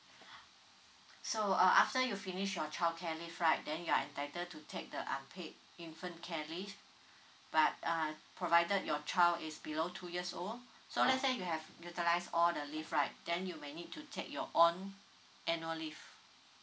so uh after you finish your childcare leave right then you are entitled to take the unpaid infant care leave but uh provided your child is below two years old so let's say you have utilize all the leave right then you may need to take your own annual leave